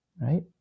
right